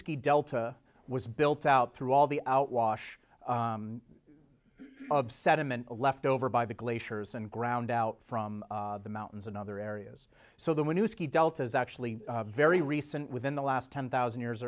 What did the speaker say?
see delta was built out through all the out wash of sediment left over by the glaciers and ground out from the mountains in other areas so that when you ski deltas actually very recent within the last ten thousand years